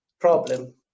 problem